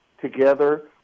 together